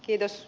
puhemies